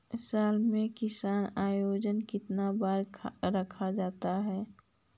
साल में किसान योजना कितनी बार रखा जाता है?